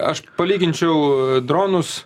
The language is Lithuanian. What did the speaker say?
aš palyginčiau dronus